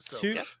two